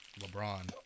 LeBron